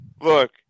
Look